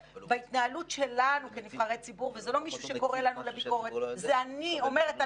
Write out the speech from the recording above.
-- יש את הגייסות הפשיסטים שלכם, זה מה שישמור על